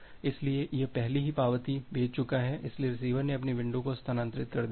इसलिए यह पहले ही पावती भेज चुका है इसलिए रिसीवर ने अपनी विंडो को स्थानांतरित कर दिया है